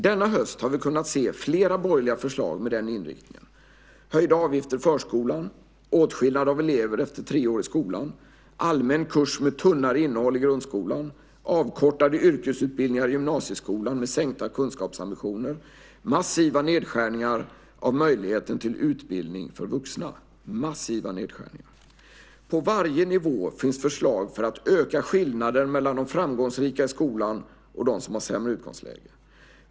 Denna höst har vi kunnat se flera borgerliga förslag med den inriktningen: Höjda avgifter i förskolan, åtskillnad av elever efter tre år i skolan, allmän kurs med tunnare innehåll i grundskolan, avkortade yrkesutbildningar i gymnasieskolan med sänkta kunskapsambitioner, massiva nedskärningar av möjligheten till utbildning för vuxna. På varje nivå finns förslag för att öka skillnaden mellan de framgångsrika i skolan och de som har sämre utgångsläge.